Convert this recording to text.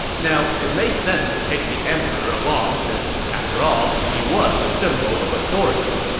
now, it made sense to take the emperor along since, after all, he was the symbol of authority.